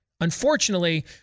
Unfortunately